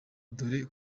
dore